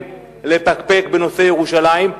לפקפק בנושא ירושלים,